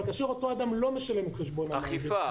אבל כאשר אותו אדם לא משלם את חשבון המים --- אכיפה,